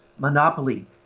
Monopoly